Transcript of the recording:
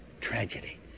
Tragedy